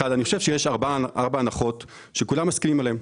יש כמה הנחות שכולנו מסכימים לגביהן: